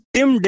Tim